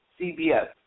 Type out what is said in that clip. CBS